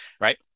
right